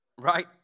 Right